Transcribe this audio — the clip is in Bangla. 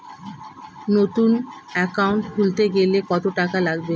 নতুন একাউন্ট খুলতে গেলে কত টাকা লাগবে?